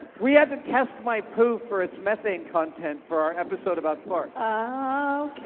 we had to test my poo for its methane content for our episode about farts. ah okay,